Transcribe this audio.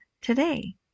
today